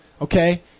Okay